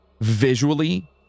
visually